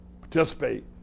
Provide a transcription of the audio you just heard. participate